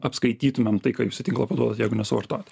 apskaitytumėm tai ką jūs į tinklą paduodat jeigu nesuvartojat